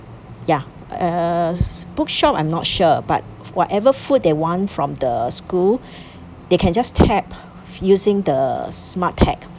ya uh bookshop I'm not sure but whatever food they want from the school they can just tap using the smart tech